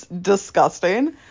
disgusting